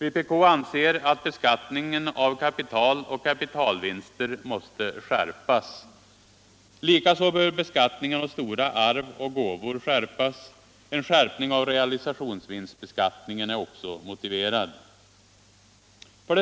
Vpk anser att beskattningen av kapital och kapitalvinster måste skärpas. Likaså bör beskattningen av stora arv och gåvor skärpas. En skärpning av realisationsvinstbeskattningen är också motiverad.